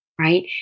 Right